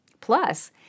Plus